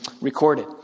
recorded